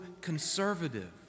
conservative